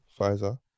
Pfizer